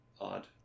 odd